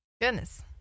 Goodness